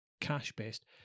cash-based